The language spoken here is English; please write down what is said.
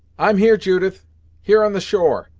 i'm here, judith here on the shore,